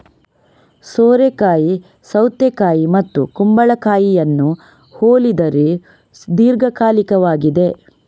ಸೋರೆಕಾಯಿ ಸೌತೆಕಾಯಿ ಮತ್ತು ಕುಂಬಳಕಾಯಿಯನ್ನು ಹೋಲಿದರೂ ದೀರ್ಘಕಾಲಿಕವಾಗಿದೆ